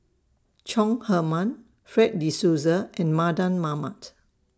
Chong Heman Fred De Souza and Mardan Mamat